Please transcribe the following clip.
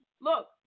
look